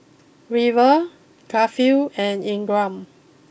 River Garfield and Ingram